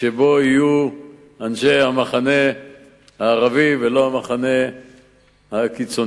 שבהם יהיו אנשי המחנה הערבי ולא המחנה הקיצוני.